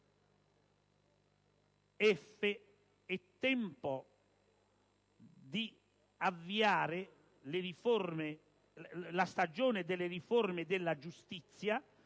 È tempo di avviare la stagione delle riforme della giustizia